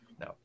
No